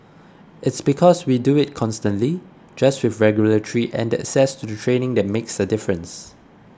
its because we do it constantly just with regularity and the access to the training that makes a difference